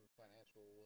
financial